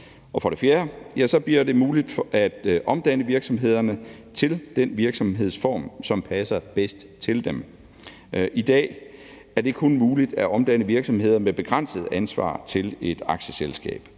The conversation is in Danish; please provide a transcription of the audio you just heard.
For det fjerde bliver det muligt at omdanne virksomhederne til den virksomhedsform, som passer bedst til dem. I dag er det kun muligt at omdanne virksomheder med begrænset ansvar til et aktieselskab.